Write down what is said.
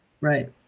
Right